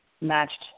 matched